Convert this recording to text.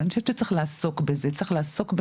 אני חושבת שצריך לעסוק בזה באמת,